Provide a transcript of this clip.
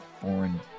foreign